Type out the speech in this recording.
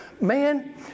man